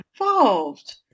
involved